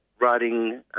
writing